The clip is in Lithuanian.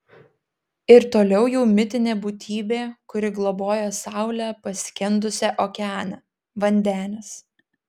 ir toliau jau mitinė būtybė kuri globoja saulę paskendusią okeane vandenis